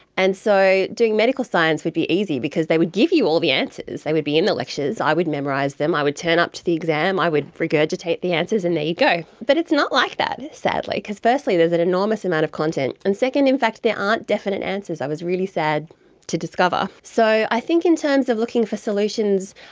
and so doing medical science would be easy because they would give you all the answers, they would be in the lectures, i would memorise them, i would turn up to the exam, i would regurgitate the answers and there you go. but it's not like that, sadly, because firstly there's an enormous amount of content. and second in fact there aren't definite answers, i was really sad to discover. so i think in terms of looking for solutions,